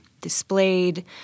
displayed –